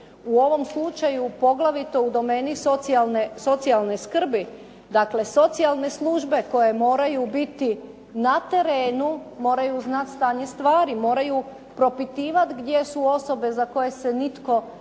u ovom slučaju poglavito u domeni socijalne skrbi, dakle, socijalne službe koje moraju biti na terenu, moraju znati stanje stvari, moraju propitivati gdje su osobe za koje se nitko nema